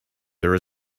there